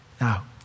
Now